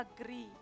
agree